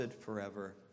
forever